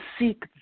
seek